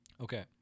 Okay